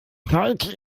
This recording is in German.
seite